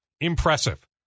Impressive